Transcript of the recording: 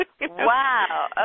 Wow